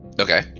okay